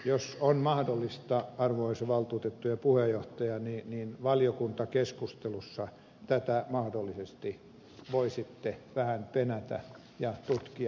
jos on mahdollista arvoisa valtuutettujen puheenjohtaja niin valiokuntakeskustelussa tätä mahdollisesti voisitte vähän penätä ja tutkia